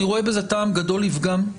אני רואה בזה טעם גדול לפגם,